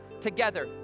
together